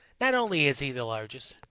not only is he the largest,